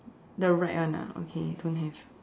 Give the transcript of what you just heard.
the right one ah okay don't have